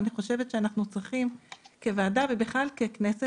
ואני חושבת שאנחנו צריכים כוועדה ובכלל ככנסת